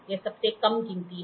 यह सबसे कम गिनती है